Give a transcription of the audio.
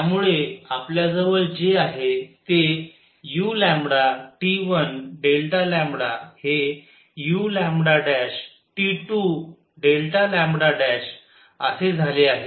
त्यामुळे आपल्याजवळ जे आहे ते u हे u असे झाले आहे